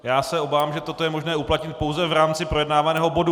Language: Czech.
Já se obávám, že toto je možné uplatnit pouze v rámci projednávaného bodu.